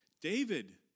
David